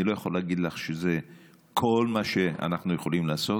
אני לא יכול להגיד לך שזה כל מה שאנחנו יכולים לעשות,